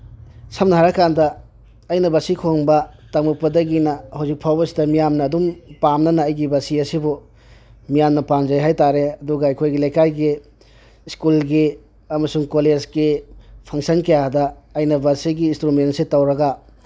ꯁꯝꯅ ꯍꯥꯏꯔꯀꯥꯟꯗ ꯑꯩꯅ ꯕꯥꯁꯤ ꯈꯣꯡꯕ ꯇꯝꯃꯛꯄꯗꯒꯤꯅ ꯍꯧꯖꯤꯛ ꯐꯥꯎꯕꯁꯤꯗ ꯃꯤꯌꯥꯝꯅ ꯑꯗꯨꯝ ꯄꯥꯝꯅꯅ ꯑꯩꯒꯤ ꯕꯥꯁꯤ ꯑꯁꯤꯕꯨ ꯃꯤꯌꯥꯝꯅ ꯄꯥꯝꯖꯩ ꯍꯥꯏꯇꯥꯔꯦ ꯑꯗꯨꯒ ꯑꯩꯈꯣꯏꯒꯤ ꯂꯩꯀꯥꯏꯒꯤ ꯁ꯭ꯀꯨꯜꯒꯤ ꯑꯃꯁꯨꯡ ꯀꯣꯂꯦꯖꯀꯤ ꯐꯪꯁꯟ ꯀꯌꯥꯗ ꯑꯩꯅ ꯕꯥꯁꯤꯒꯤ ꯏꯟꯁꯇ꯭ꯔꯨꯃꯦꯟꯁꯦ ꯇꯧꯔꯒ